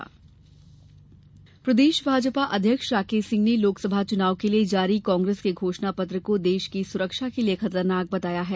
भाजपा आरोप प्रदेश भाजपा अध्यक्ष राकेश सिंह ने लोकसभा चुनाव के लिए जारी कांग्रेस के घोषणा पत्र को देश की सुरक्षा के लिए खतरनाक बताया है